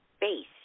base